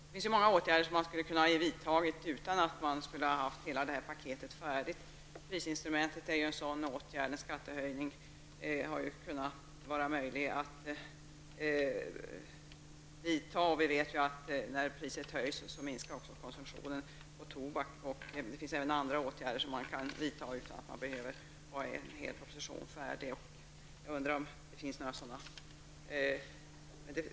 Det finns många åtgärder som skulle ha kunnat vidtas utan att ha hela paketet färdigt. Vi har prisinstrumentet. En skattehöjning hade också varit möjlig att genomföra. Vi vet att när priset höjs minskar också konsumtionen på tobak. Det finns även andra åtgärder som kan vidtas utan att propositionen behöver vara färdig.